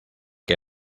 que